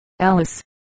Alice